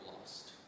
lost